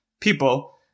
people